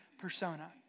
persona